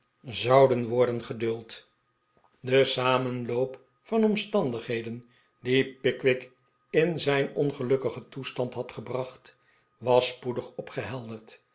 zouden worden geduld de samenloop van omstandigheden die pickwick in zijn ongelukkigen toestand had gebracht was spoedig